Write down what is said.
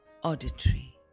Auditory